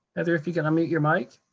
heather, if you could unmute your mic.